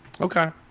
Okay